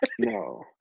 no